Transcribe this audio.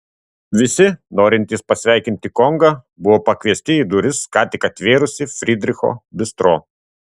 visi norintys pasveikinti kongą buvo pakviesti į duris ką tik atvėrusį frydricho bistro